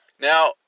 Now